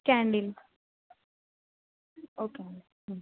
candle okay అండి